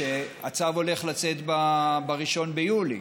שהצו הולך לצאת ב-1 ביולי,